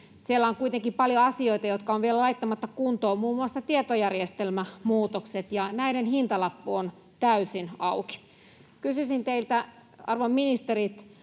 Siellä on kuitenkin paljon asioita, jotka ovat vielä laittamatta kuntoon, muun muassa tietojärjestelmämuutokset, ja näiden hintalappu on täysin auki. Kysyisin teiltä, arvon ministerit: